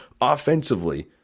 offensively